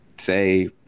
say